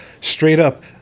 straight-up